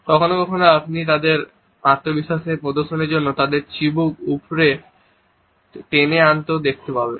কখনও কখনও আপনি এমনকি তাদের আত্মবিশ্বাস প্রদর্শনের জন্য তাদের চিবুক উপরে টেনে আনতেও দেখতে পাবেন